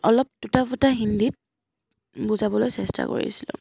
অলপ টুটা ফুটা হিন্দীত বুজাবলৈ চেষ্টা কৰিছিলোঁ